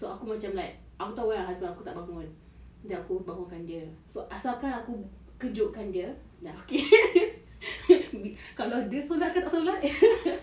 so aku macam like aku tahu kan husband aku tak bangun then aku bangun kan dia so asal kan aku kejut kan dia kalau dia solat ke tak solat